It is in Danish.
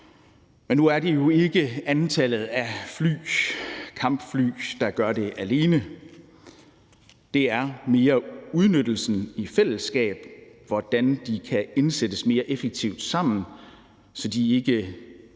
Men nu er det jo ikke antallet af fly, kampfly, der gør det alene. Det er mere udnyttelsen i fællesskab, altså hvordan de kan indsættes mere effektivt sammen, så de ikke